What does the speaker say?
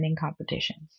competitions